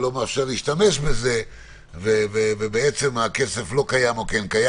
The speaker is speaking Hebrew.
הכללי לא מאפשר להשתמש בזה ובעצם הכסף כן קיים.